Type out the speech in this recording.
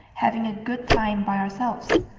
having a good time by ourselves?